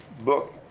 book